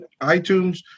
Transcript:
iTunes